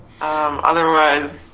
Otherwise